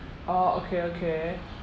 orh okay okay